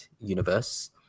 universe